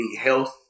health